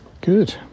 Good